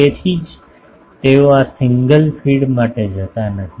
તેથી તેથી જ તેઓ આ સિંગલ ફીડ માટે જતા નથી